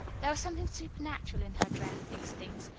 there was something supernatural in her dread of these things,